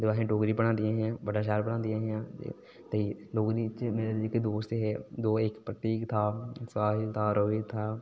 ओह् असें गी डोगरी पढांदियां हियां बड़ा शैल पढ़ांदियां हियां ते डोगरी च मेरे जेह्के दोस्त हे दो इक प्रतीक हा रोमी हा रोहित हा